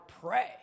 pray